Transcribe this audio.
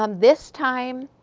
um this time,